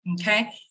okay